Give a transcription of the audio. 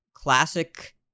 classic